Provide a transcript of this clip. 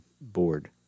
board